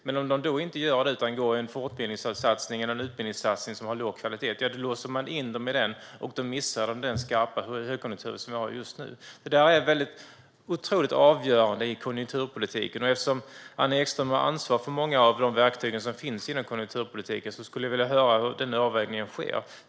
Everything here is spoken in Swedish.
Men om de inte gör det utan i stället går en fortbildnings eller utbildningssatsning som har låg kvalitet blir de inlåsta i den, och då missar de den skarpa högkonjunktur som vi har just nu. Det här är otroligt avgörande i konjunkturpolitiken. Eftersom Anna Ekström har ansvar för många av de verktyg som finns inom konjunkturpolitiken vill jag höra hur denna avvägning sker.